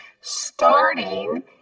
starting